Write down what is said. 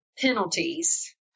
penalties